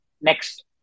next